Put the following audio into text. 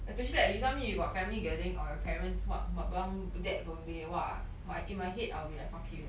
especially like you tell me you got family gathering or your parents what my mum dad birthday !wah! my in my head I will be like fuck you